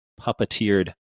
puppeteered